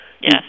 Yes